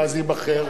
ואז ייבחר,